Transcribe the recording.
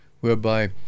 whereby